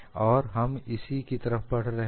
और हम इसी की तरफ बढ़ रहे हैं